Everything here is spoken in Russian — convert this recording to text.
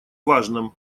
важном